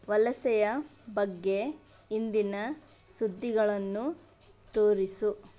ವಲಸೆಯ ಬಗ್ಗೆ ಇಂದಿನ ಸುದ್ದಿಗಳನ್ನು ತೋರಿಸು